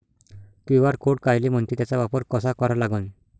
QR code कायले म्हनते, त्याचा वापर कसा करा लागन?